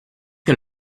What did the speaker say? que